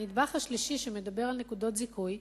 הנדבך השלישי, שמדבר על נקודות זיכוי,